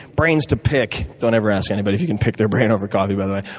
brains to pick. don't ever ask anybody if you can pick their brain over coffee, by the way.